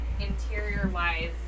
interior-wise